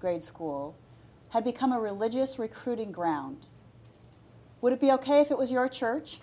grade school had become a religious recruiting ground would it be ok if it was your church